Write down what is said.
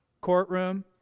Courtroom